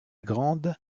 grande